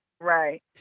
Right